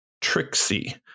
Trixie